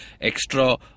extra